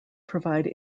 provide